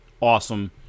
awesome